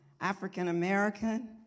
African-American